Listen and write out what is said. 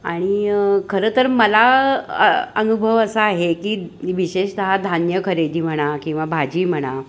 आणि खरं तर मला अनुभव असा आहे की विशेषतः धान्य खरेदी म्हणा किंवा भाजी म्हणा